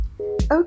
Okay